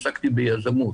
עסקתי ביזמות